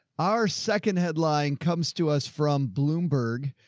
our second headline comes to us from bloomberg.